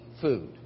food